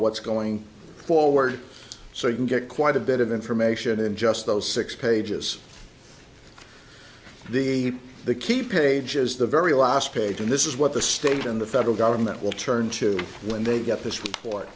what's going forward so you can get quite a bit of information in just those six pages the the key page is the very last page and this is what the stage in the federal government will turn to when they get this report